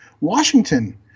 Washington